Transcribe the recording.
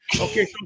Okay